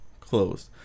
closed